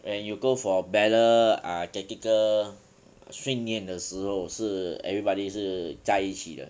and you go for battle ah tactical 训练的时候是 everybody 是在一起的